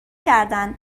کردن